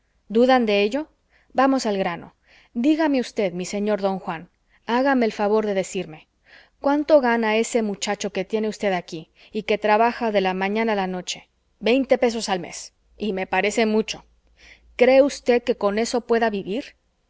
dudan de ello vamos al grano dígame usted mi señor don juan hágame el favor de decirme cuánto gana ese muchacho que tiene usted aquí y que trabaja de la mañana a la noche veinte pesos al mes y me parece mucho cree usted que con eso pueda vivir